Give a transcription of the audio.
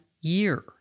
year